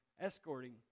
escorting